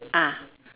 ah